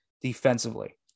defensively